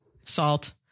salt